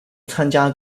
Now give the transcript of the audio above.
参加